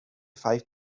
five